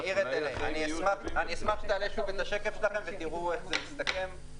אני אשמח שתעלה שוב את השקף שלכם ותראו איך זה מסתכם.